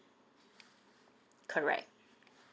correct